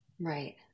Right